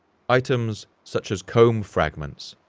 items such as comb fragments,